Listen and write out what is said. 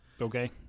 Okay